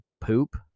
poop